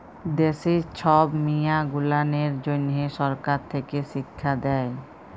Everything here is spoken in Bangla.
দ্যাশের ছব মিয়াঁ গুলানের জ্যনহ সরকার থ্যাকে শিখ্খা দেই